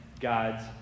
God's